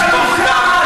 לשפוך דם,